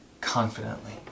confidently